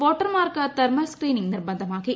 വോട്ടർമാർക്ക് thermal screening നിർബന്ധമാക്കി